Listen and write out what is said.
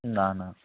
না না